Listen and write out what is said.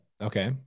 Okay